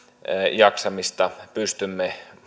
jaksamista pystymme